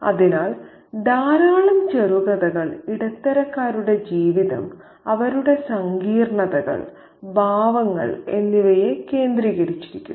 അതിനാൽ ധാരാളം ചെറുകഥകൾ ഇടത്തരക്കാരുടെ ജീവിതം അവരുടെ സങ്കീർണ്ണതകൾ ഭാവങ്ങൾ എന്നിവയെ കേന്ദ്രീകരിക്കുന്നു